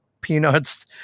peanuts